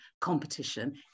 competition